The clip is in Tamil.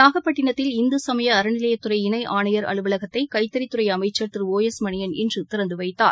நாகப்பட்டினத்தில் இந்து சமய அறநிலையத்துறை இணை ஆணையர் அலுவலகத்தை கைத்தறித் துறை அமைச்சர் திரு ஓ எஸ் மணியன் இன்று திறந்து வைத்தார்